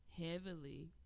heavily